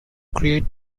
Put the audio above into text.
create